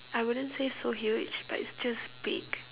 I wouldn't say so huge but it's just big